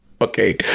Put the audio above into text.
okay